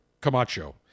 Camacho